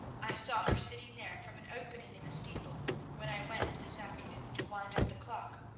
i saw her sitting there from an opening in the steeple when i went this afternoon to wind up the clock